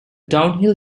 downhill